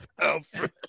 Alfred